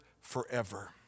forever